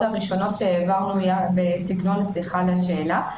שהעברנו בסגנון "סליחה על השאלה",